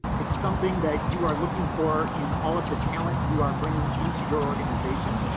it's something that you are looking for in all of the talent you are bringing into your organization.